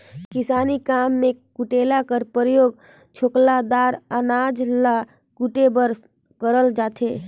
किसानी काम मे कुटेला कर परियोग छोकला दार अनाज ल कुटे बर करल जाथे